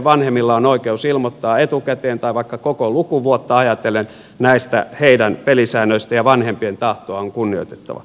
vanhemmilla on oikeus ilmoittaa etukäteen tai vaikka koko lukuvuotta ajatellen näistä heidän pelisäännöistään ja vanhempien tahtoa on kunnioitettava